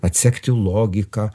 atsekti logiką